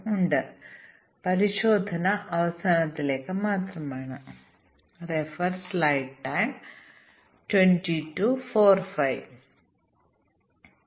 ഞങ്ങൾക്ക് നിരവധി ഡസൻ മൊഡ്യൂളുകൾ ഉണ്ടെങ്കിൽ ഞങ്ങൾ ഒരു ബിഗ് ബാങ് ടെസ്റ്റിംഗ് നടത്തുകയാണെങ്കിൽ ഞങ്ങളുടെ ഡീബഗ്ഗിംഗ് പ്രക്രിയ വളരെ വലുതായിരിക്കും എന്നതാണ് പോരായ്മ